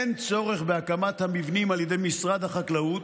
אין צורך בהקמת המבנים על ידי משרד החקלאות,